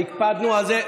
הקפדנו על זה.